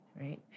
right